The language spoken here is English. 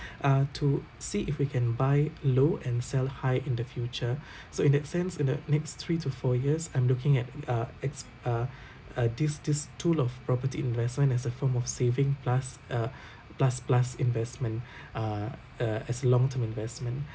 uh to see if we can buy low and sell high in the future so in that sense in the next three to four years I'm looking at uh it's uh uh this this tool of property investment as a form of saving plus uh plus plus investment uh uh as long term investment